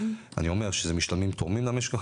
אני אומר שהמשתלמים תורמים למשק החקלאי,